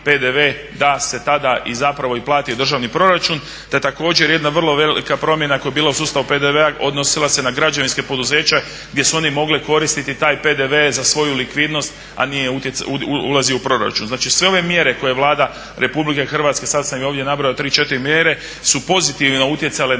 da se tada i plati državni proračun, te također jedna vrlo velika promjena koja je bila u sustavu PDV-a odnosila se na građevinska poduzeća gdje su oni mogli koristiti taj PDV za svoju likvidnost, a nije ulazio u proračun. Znači sve ove mjere koje Vlada RH sada sam ih ovdje nabrojao 3, 4 mjere su pozitivno utjecale na